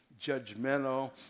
judgmental